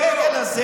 הדגל הזה